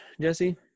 Jesse